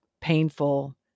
painful